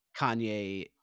Kanye